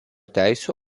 teisių